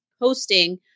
hosting